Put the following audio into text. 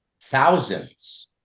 thousands